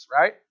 Right